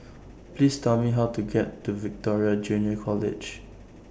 Please Tell Me How to get to Victoria Junior College